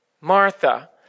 Martha